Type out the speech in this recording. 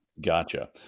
Gotcha